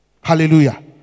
Hallelujah